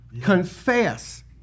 confess